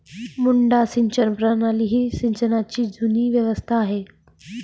मुड्डा सिंचन प्रणाली ही सिंचनाची जुनी व्यवस्था आहे